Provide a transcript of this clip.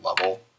level